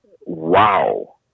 wow